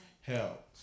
help